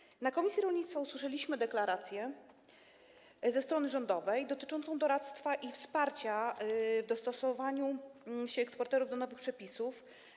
Na posiedzeniu komisji rolnictwa usłyszeliśmy deklarację ze strony rządowej dotyczącą doradztwa i wsparcia w dostosowaniu się eksporterów do nowych przepisów.